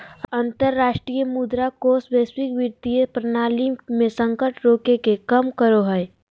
अंतरराष्ट्रीय मुद्रा कोष वैश्विक वित्तीय प्रणाली मे संकट रोके के काम करो हय